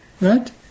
Right